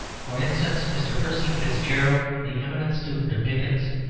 for instance, mr. percy fitzgerald, the eminent student of dickens,